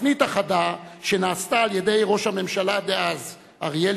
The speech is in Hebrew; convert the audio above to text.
התפנית החדה שנעשתה על-ידי ראש הממשלה דאז אריאל